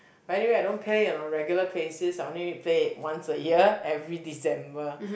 but anyway I don't play it in a regular place since I only play it once a year every December